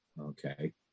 okay